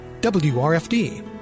WRFD